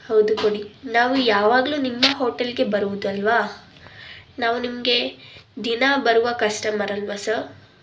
ಹೌದು ಕೊಡಿ ನಾವು ಯಾವಾಗಲು ನಿಮ್ಮ ಹೋಟೆಲಿಗೆ ಬರುವುದಲ್ಲವಾ ನಾವು ನಿಮಗೆ ದಿನ ಬರುವ ಕಸ್ಟಮರ್ ಅಲ್ಲವಾ ಸರ್